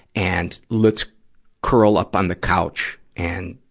and let's curl up on the couch and,